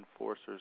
enforcers